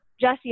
Jesse